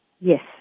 Yes